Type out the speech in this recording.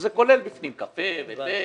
זה כולל בפנים קפה ותה.